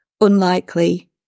unlikely